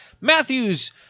Matthew's